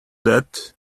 that